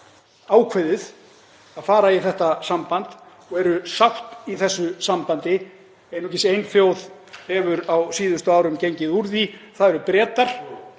ákveðið að fara í þetta samband og eru sátt í þessu sambandi. Einungis ein þjóð hefur á síðustu árum gengið úr því. Það eru Bretar